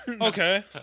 okay